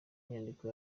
nyandiko